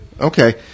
Okay